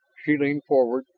she leaned forward,